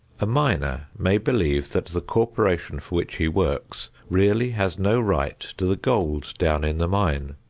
a miner may believe that the corporation for which he works really has no right to the gold down in the mine.